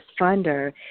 funder